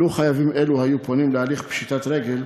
לו חייבים אלו היו פונים להליך פשיטת רגל,